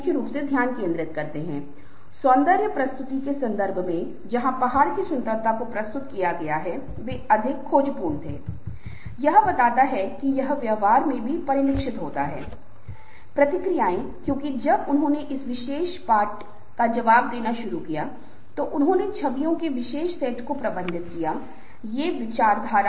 इसमें समूह के सदस्य एक दूसरे को जानते हैं और उस समस्या से जूझने के लिए आते हैं जो उन्होंने निपटने के लिए बुलाई है वहाँ अभिविन्यास होना चाहिए कि एक आवश्यकता होनी चाहिए कि हाँ निश्चित उद्देश्य के लिए समूह है एक जरूरत है समूह की आवश्यकता है और उस उद्देश्य के लिए समूह का गठन किया जाता है